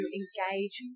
engage